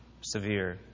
severe